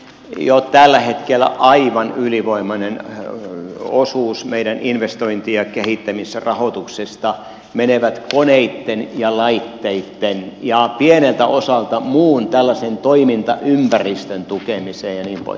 jo tällä hetkellä aivan ylivoimainen osuus meidän investointi ja kehittämisrahoituksesta menee koneitten ja laitteitten ja pieneltä osalta tällaisen muun toimintaympäristön tukemiseen ja niin poispäin